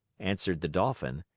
answered the dolphin.